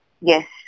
Yes